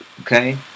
Okay